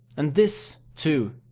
and this too,